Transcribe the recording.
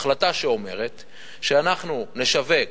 החלטה שאומרת שאנחנו נשווק